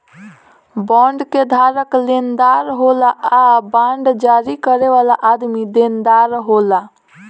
bond के धारक लेनदार होला आ बांड जारी करे वाला आदमी देनदार होला